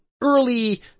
early